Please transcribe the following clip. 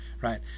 right